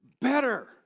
better